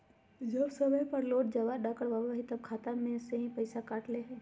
जब समय पर लोन जमा न करवई तब खाता में से पईसा काट लेहई?